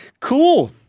Cool